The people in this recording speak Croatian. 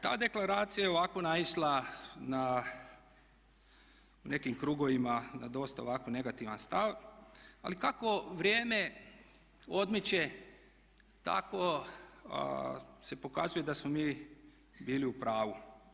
Ta deklaracija je ovako naišla na, u nekim krugovima na dosta ovako negativan stav ali kako vrijeme odmiče tako se pokazuje da smo mi bili u pravu.